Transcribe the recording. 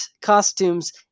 costumes